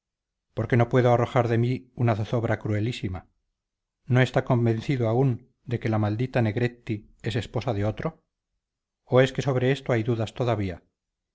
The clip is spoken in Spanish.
porque no puedo arrojar de mí una zozobra cruelísima no está convencido aún de que la maldita negretti es esposa de otro o es que sobre eso hay dudas todavía